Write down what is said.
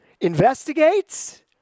investigates